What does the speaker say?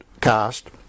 cast